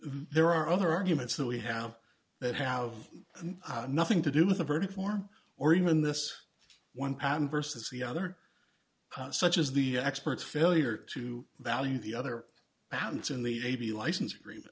there are other arguments that we have that have nothing to do with the verdict form or even this one and versus the other such as the experts failure to value the other patents in the a b license agreement